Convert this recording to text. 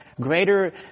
greater